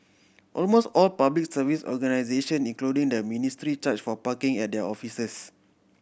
almost all Public Service organisation including the ministry charge for parking at their offices